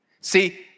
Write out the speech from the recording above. See